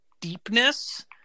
deepness